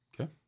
Okay